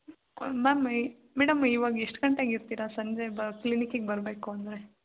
ma'am ಈ madam ಈವಾಗ ಎಷ್ಟು ಗಂಟೆಗೆ ಇರ್ತೀರ ಸಂಜೆ ಕ್ಲಿನಿಕ್ಕಿಗೆ ಬರಬೇಕು ಅಂದರೆ